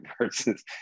Versus